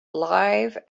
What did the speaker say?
live